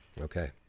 Okay